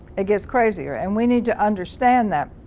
it gets crazier, and we need to understand that.